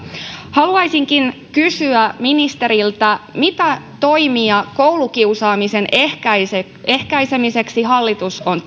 haluaisinkin kysyä ministeriltä mitä toimia koulukiusaamisen ehkäisemiseksi hallitus on